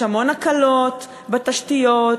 יש המון הקלות בתשתיות,